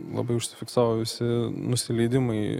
labai užsifiksavusi nusileidimai